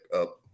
up